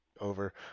over